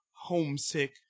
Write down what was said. homesick